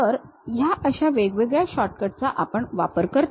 तर ह्या अशा वेगवेगळ्या शॉर्टकट चा आपण वापर करतो